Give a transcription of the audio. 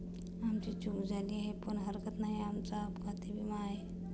आमची चूक झाली आहे पण हरकत नाही, आमचा अपघाती विमा आहे